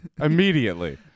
Immediately